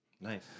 Nice